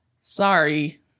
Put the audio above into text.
sorry